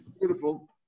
Beautiful